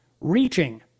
reaching